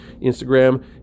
instagram